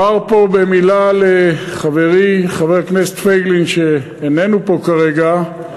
אומר פה במילה לחברי חבר הכנסת פייגלין שאיננו פה כרגע,